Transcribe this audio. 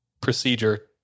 procedure